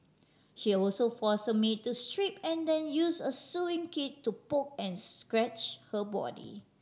she also force her maid strip and then use a sewing to poke and scratch her body